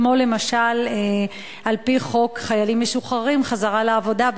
כמו למשל על-פי חוק חיילים משוחררים (החזרה לעבודה),